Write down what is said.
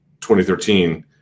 2013